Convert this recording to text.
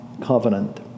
covenant